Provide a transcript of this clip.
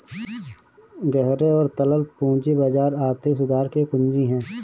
गहरे और तरल पूंजी बाजार आर्थिक सुधार की कुंजी हैं,